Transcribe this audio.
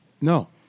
no